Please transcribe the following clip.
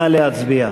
נא להצביע.